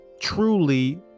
truly